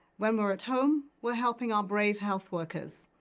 when we're at home, we're helping our brave health workers.